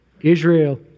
Israel